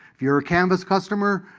if you're a canvas customer,